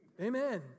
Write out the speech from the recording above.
Amen